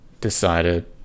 decided